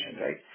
right